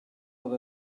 oedd